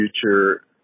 future